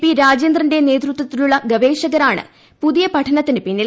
P രാജേന്ദ്രന്റെ നേതൃത്വത്തിലുള്ള ഗവേഷകരാണ് പുതിയ പഠനത്തിനു പിന്നിൽ